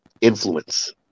influence